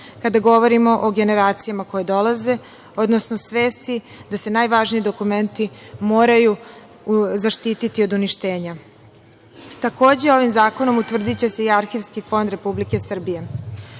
kada govorimo o generacijama koje dolaze, odnosno svesti da se najvažniji dokumenti moraju zaštiti od uništenja. Takođe, ovim zakonom utvrdiće se i arhivski fond Republike Srbije. Ono